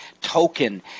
token